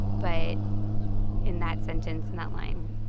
but in that sentence, in that line,